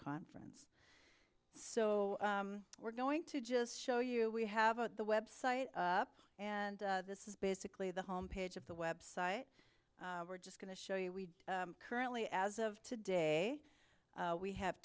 conference so we're going to just show you we have the website up and this is basically the home page of the website we're just going to show you we currently as of today we have